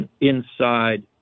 inside